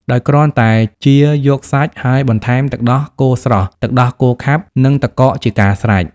ដោយគ្រាន់តែជៀរយកសាច់ ហើយបន្ថែមទឹកដោះគោស្រស់ ទឹកដោះគោខាប់ និងទឹកកកជាការស្រេច។